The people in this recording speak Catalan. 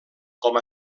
com